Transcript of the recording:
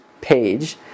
page